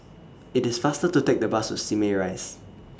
IT IS faster to Take The Bus to Simei Rise